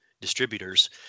Distributors